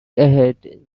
ahead